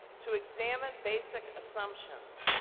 to examine basic assumptions,